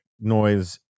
noise